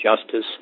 justice